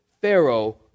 Pharaoh